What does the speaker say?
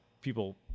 people